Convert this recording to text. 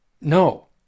no